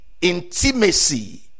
intimacy